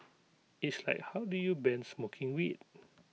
it's like how do you ban smoking weed